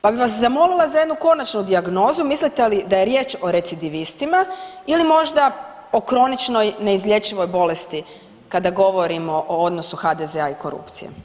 Pa bi vas zamolila za jednu konačnu dijagnozu, mislite li da je riječ o recidivistima ili možda o kroničnoj neizlječivoj bolesti, kada govorimo o odnosu HDZ-a i korupciji.